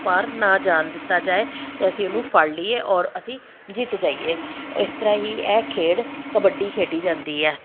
ਪਾਰ ਨਾ ਜਾਣ ਦਿੱਤਾ ਜਾਵੇ ਅਤੇ ਅਸੀਂ ਉਹਨੂੰ ਫੜ ਲਈਏ ਔਰ ਅਸੀਂ ਜਿੱਤ ਜਾਈਏ ਇਸ ਤਰ੍ਹਾਂ ਹੀ ਇਹ ਖੇਡ ਕਬੱਡੀ ਖੇਡੀ ਜਾਂਦੀ ਹੈ